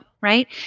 Right